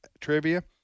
Trivia